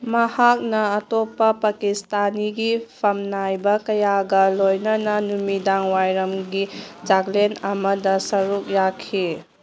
ꯃꯍꯥꯛꯅ ꯑꯇꯣꯞꯄ ꯄꯀꯤꯁꯇꯥꯅꯤꯒꯤ ꯐꯝꯅꯥꯏꯕ ꯀꯌꯥꯒ ꯂꯣꯏꯅꯅ ꯅꯨꯃꯤꯗꯥꯡꯋꯥꯏꯔꯝꯒꯤ ꯆꯥꯛꯂꯦꯟ ꯑꯃꯗ ꯁꯔꯨꯛ ꯌꯥꯈꯤ